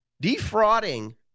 defrauding